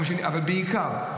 אבל בעיקר,